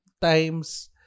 times